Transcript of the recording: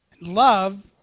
Love